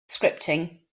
scripting